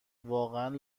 واقعا